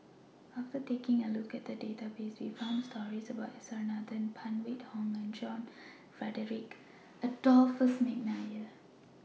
after taking A Look At The Database We found stories about S R Nathan Phan Wait Hong and John Frederick Adolphus Mcnair